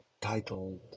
titled